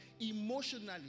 emotionally